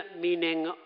meaning